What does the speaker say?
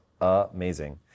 amazing